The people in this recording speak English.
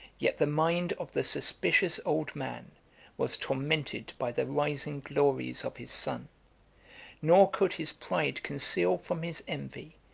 yet the mind of the suspicious old man was tormented by the rising glories of his son nor could his pride conceal from his envy,